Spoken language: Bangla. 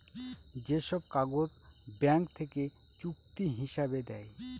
যে সব কাগজ ব্যাঙ্ক থেকে চুক্তি হিসাবে দেয়